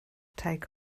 take